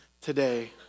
today